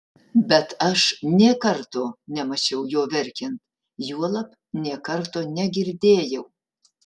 bet aš nė karto nemačiau jo verkiant juolab nė karto negirdėjau